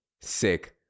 sick